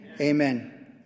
Amen